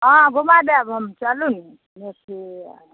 हँ घुमा देब हम चलू ने